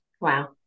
Wow